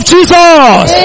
Jesus